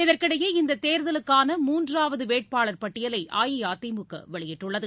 இதற்கிடையே இந்தத் தேர்தலுக்கான மூன்றாவதுவேட்பாளர் பட்டியலைஅஇஅதிமுகவெளியிட்டுள்ளது